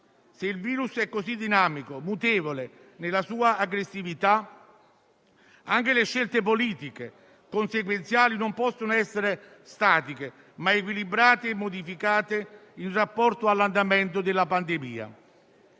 Se il virus è così dinamico e mutevole nella sua aggressività, anche le scelte politiche conseguenziali non possono essere statiche, ma devono essere equilibrate e modificate in rapporto all'andamento della pandemia.